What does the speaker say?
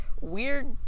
weird